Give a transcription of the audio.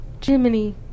jiminy